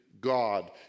God